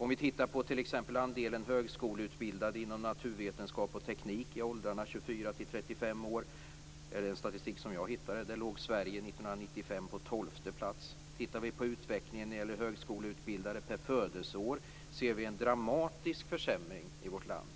När det gäller andelen högskoleutbildade inom naturvetenskap och teknik i åldrarna 24-35 år låg Sverige år 1995 - enligt den statistik som jag hittade - på tolfte plats. Utvecklingen av antalet högskoleutbildade per födelseår visar en dramatisk försämring i vårt land.